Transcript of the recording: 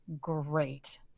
great